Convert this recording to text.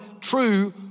true